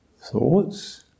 thoughts